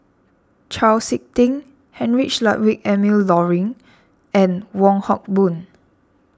Chau Sik Ting Heinrich Ludwig Emil Luering and Wong Hock Boon